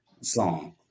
song